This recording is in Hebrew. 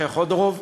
אחרי חודורוב,